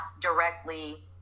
directly